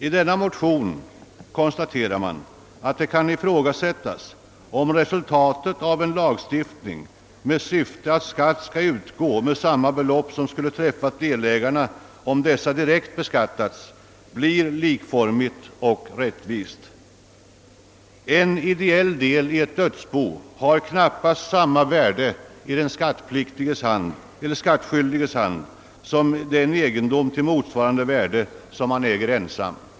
I denna motion konstaterar de: »Det kan ifrågasättas om resultatet av en lagstiftning med detta syfte — att skatt skall utgå med samma belopp som skulle ha träffat delägarna om dessa direkt beskattats — blir likformigt och rättvist. En ideell andel i ett dödsbo har knappast samma värde i den skattskyldiges hand som den egendom till motsvarande värde han äger ensam.